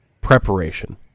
Preparation